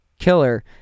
killer